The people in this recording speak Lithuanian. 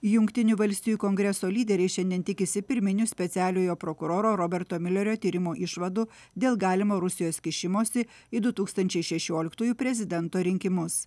jungtinių valstijų kongreso lyderiai šiandien tikisi pirminių specialiojo prokuroro roberto miulerio tyrimo išvadų dėl galimo rusijos kišimosi į du tūkstančiai šešioliktųjų prezidento rinkimus